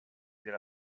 della